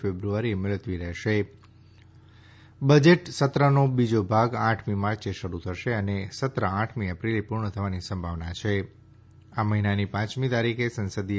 ફેબ્રુઆરીએ મુલતવી રહેશે બજેટ સત્રનો બીજો ભાગ આઠમી માર્ચે શરૂ થશે અને સત્ર આઠમી એપ્રિલે પૂર્ણ થવાની સંભાવના છે આ મહિનાની પાંચમી તારીખે સંસદીય